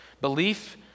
belief